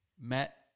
met